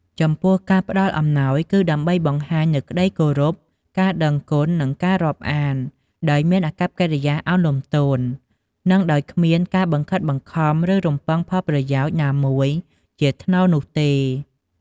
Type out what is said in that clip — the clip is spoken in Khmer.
ចំពោះការផ្ដល់អំណោយគឺដើម្បីបង្ហាញនូវ ក្តីគោរព ការដឹងគុណ និងការរាប់អាន ដោយមានអាកប្បកិរិយាឱនលំទោន និងដោយគ្មានការបង្ខិតបង្ខំ ឬរំពឹងផលប្រយោជន៍ណាមួយជាថ្នូរនោះទេ។